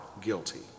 guilty